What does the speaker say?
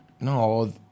No